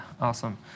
awesome